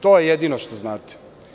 To je jedino što znate.